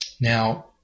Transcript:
Now